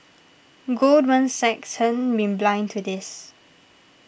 Goldman Sachs hasn't been blind to this